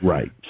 Right